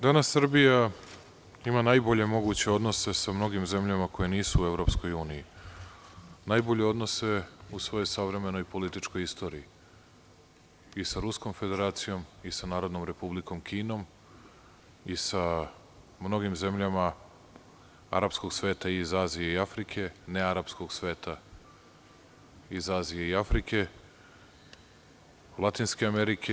Danas Srbija ima najbolje moguće odnose sa mnogim zemljama koje nisu u EU, najbolje odnose u svojoj savremenoj političkoj istoriji i sa Ruskom Federacijom i sa Narodnom Republikom Kinom i sa mnogim zemljama arapskog sveta, iz Azije i Afrike i nearapskog sveta iz Azije i Afrike, Latinske Amerike.